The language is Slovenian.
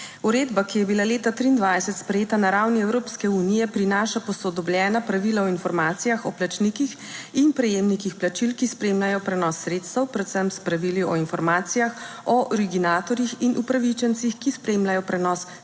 Uredba, ki je bila leta 2023 sprejeta na ravni Evropske unije, prinaša posodobljena pravila o informacijah o plačnikih in prejemnikih plačil, ki spremljajo prenos sredstev predvsem s pravili o informacijah, o originatorjih in upravičencih, ki spremljajo prenos kripto